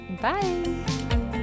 bye